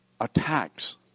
attacks